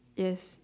yes